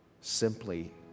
simply